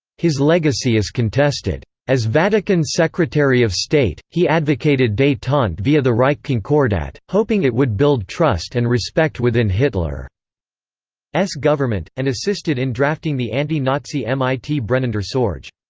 his legacy is contested. as vatican secretary of state, he advocated detente via the reich concordat, hoping it would build trust and respect within hitler's government, and assisted in drafting the anti-nazi mit brennender sorge.